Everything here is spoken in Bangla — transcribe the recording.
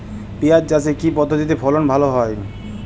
পিঁয়াজ চাষে কি পদ্ধতিতে ফলন ভালো হয়?